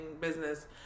business